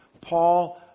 Paul